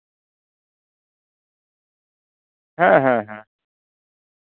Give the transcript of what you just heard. ᱦᱮᱸ ᱦᱮᱸ ᱦᱮᱸ